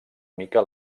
mica